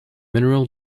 mineral